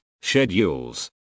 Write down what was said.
schedules